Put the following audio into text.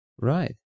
Right